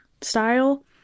style